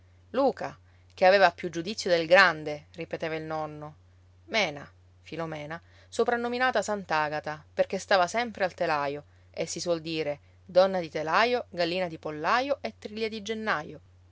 luca che aveva più giudizio del grande ripeteva il nonno mena filomena soprannominata sant'agata perché stava sempre al telaio e si suol dire donna di telaio gallina di pollaio e triglia di gennaio